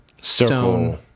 stone